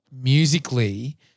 musically